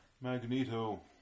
magneto